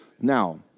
Now